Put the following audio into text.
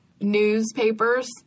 newspapers